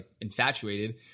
infatuated